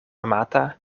amata